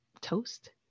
toast